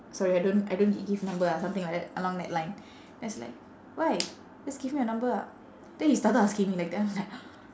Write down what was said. sorry I don't I don't g~ give number ah something like that along that line then he's like why just give me your number ah then he started asking me like then I'm like